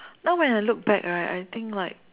now when I look back right I think like